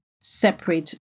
separate